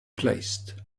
placed